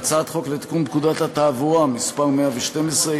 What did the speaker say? הצעת חוק לתיקון פקודת התעבורה (מס' 112),